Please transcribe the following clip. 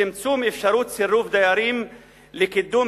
צמצום אפשרות סירוב דיירים לקידום